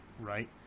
right